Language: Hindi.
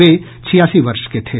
वे छियासी वर्ष के थे